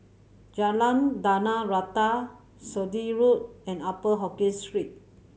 Jalan Tanah Rata Sturdee Road and Upper Hokkien Street